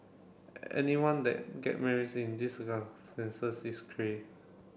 anyone that get marries in these is cray